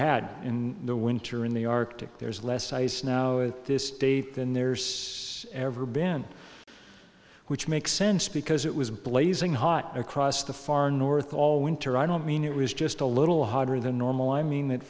had in the winter in the arctic there is less ice now at this date than there's ever been which makes sense because it was blazing hot across the far north all winter i don't mean it was just a little hotter than normal i mean that